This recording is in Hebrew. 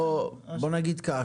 בוא נגיד כך,